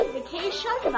Vacation